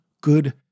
good